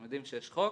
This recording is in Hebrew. הם יודעים שיש חוק.